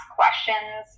questions